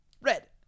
Red